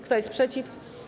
Kto jest przeciw?